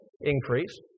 increase